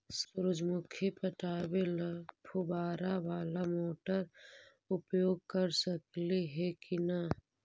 सुरजमुखी पटावे ल फुबारा बाला मोटर उपयोग कर सकली हे की न?